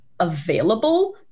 available